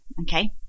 okay